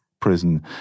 prison